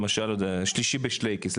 למשל שלישי בשלייקס,